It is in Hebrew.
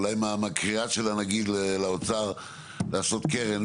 אולי מהקריאה של הנגיד לאוצר לעשות קרן.